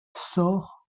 sort